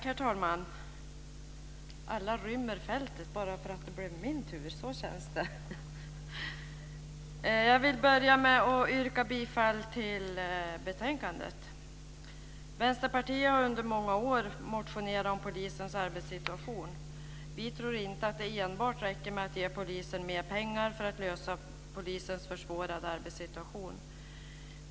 Herr talman! Jag vill börja med att yrka bifall till utskottets hemställan i betänkandet. Vänsterpartiet har under många år motionerat om polisens arbetssituation. Vi tror inte att det räcker att enbart ge polisen mer pengar för att lösa polisens försvårade arbetssituation.